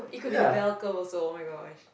it could be the bell curve also [oh]-my-gosh